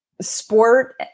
sport